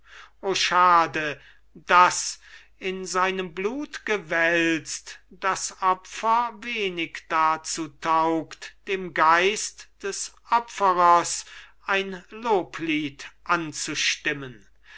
schade daß in seinem blut gewälzt das opfer wenig dazu taugt dem geist des opferers ein loblied anzustimmen